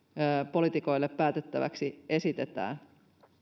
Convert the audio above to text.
poliitikoille päätettäväksi esitetään